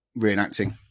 reenacting